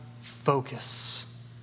focus